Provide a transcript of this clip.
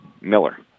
Miller